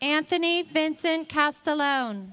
anthony benson cast alone